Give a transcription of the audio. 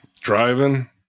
Driving